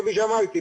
כפי שאמרתי,